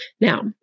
Now